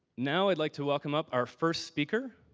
now, i'd like to welcome up our first speaker.